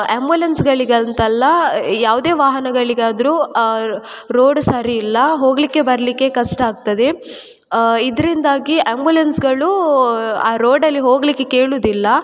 ಆಂಬ್ಯುಲೆನ್ಸ್ಗಳಿಗೆ ಅಂತಲ್ಲ ಯಾವುದೇ ವಾಹನಗಳಿಗಾದರು ರೋಡ್ ಸರಿಯಿಲ್ಲ ಹೋಗಲಿಕ್ಕೆ ಬರಲಿಕ್ಕೆ ಕಷ್ಟ ಆಗ್ತದೆ ಇದರಿಂದಾಗಿ ಆಂಬ್ಯುಲೆನ್ಸ್ಗಳೂ ಆ ರೋಡಲ್ಲಿ ಹೋಗಲಿಕ್ಕೆ ಕೇಳೋದಿಲ್ಲ